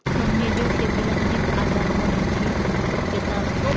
वन्यजीव शेतीला अनेक आजार होण्याची शक्यता असते